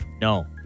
no